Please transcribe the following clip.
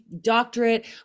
doctorate